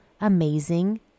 amazing